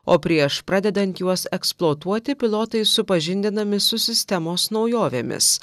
o prieš pradedant juos eksploatuoti pilotai supažindinami su sistemos naujovėmis